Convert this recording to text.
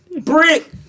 brick